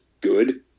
good